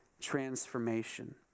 transformation